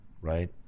right